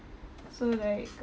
so like